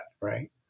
Right